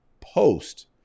post